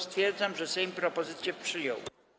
Stwierdzam, że Sejm propozycję przyjął.